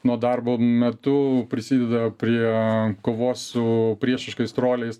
nuo darbo metu prisideda prie kovos su priešiškais troliais